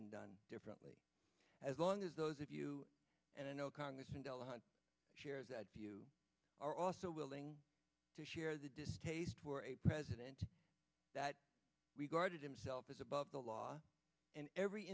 been done differently as long as those of you and i know congressman delahunt share that view are also willing to share the distaste for a president that regarded himself as above the law and every